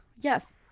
yes